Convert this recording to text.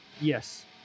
yes